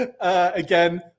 Again